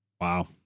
Wow